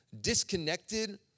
disconnected